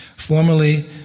Formerly